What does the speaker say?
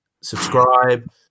subscribe